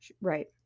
Right